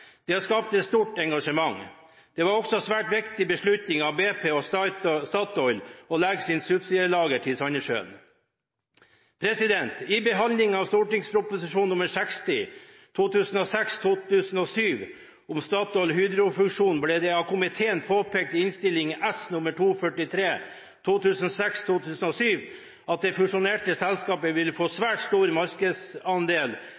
Det har skapt et stort engasjement. Det var også en svært viktig beslutning av BP og Statoil å legge sine subsea-lager til Sandnessjøen. I behandlingen av St.prp. nr. 60 for 2006–2007 om StatoilHydro-fusjonen ble det av komiteen påpekt i Innst. S. nr. 243 for 2006–2007 at det fusjonerte selskapet ville få